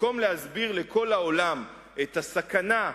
במקום להסביר לכל העולם את הסכנה,